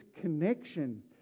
connection